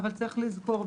אבל צריך לזכור,